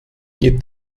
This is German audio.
geht